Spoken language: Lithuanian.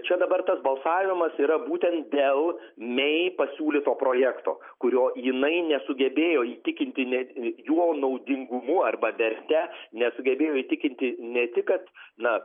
čia dabar tas balsavimas yra būtent dėl mey pasiūlyto projekto kuriuo jinai nesugebėjo įtikinti net jo naudingumu arba verte nesugebėjo įtikinti ne tik kad na